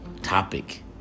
topic